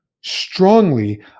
strongly